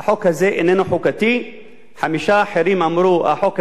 חמישה אחרים אמרו: החוק הזה הוא חוקתי ומידתי,